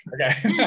Okay